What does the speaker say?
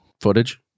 Footage